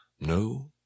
no